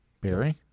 Barry